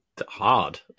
hard